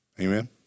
Amen